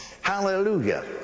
hallelujah